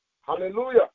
hallelujah